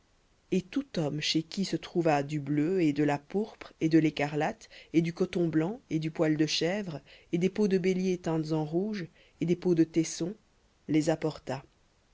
et tout homme chez qui se trouva du bleu et de la pourpre et de l'écarlate et du coton blanc et du poil de chèvre et des peaux de béliers teintes en rouge et des peaux de taissons les apporta